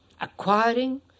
acquiring